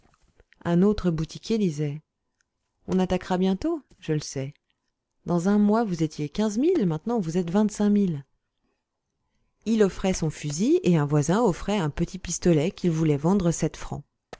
un autre boutiquier disait on attaquera bientôt je le sais il y a un mois vous étiez quinze mille maintenant vous êtes vingt-cinq mille il offrait son fusil et un voisin offrait un petit pistolet qu'il voulait vendre sept francs